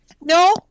no